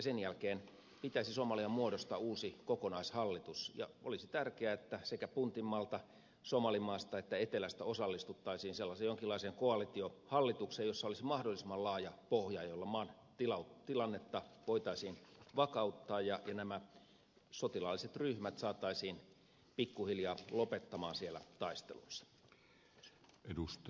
sen jälkeen pitäisi somalian muodostaa uusi kokonaishallitus ja olisi tärkeää että sekä puntmaalta somalimaasta että etelästä osallistuttaisiin sellaiseen jonkinlaiseen koalitiohallitukseen jossa olisi mahdollisimman laaja pohja jolloin maan tilannetta voitaisiin vakauttaa ja nämä sotilaalliset ryhmät saataisiin pikkuhiljaa lopettamaan siellä taistelunsa